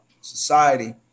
society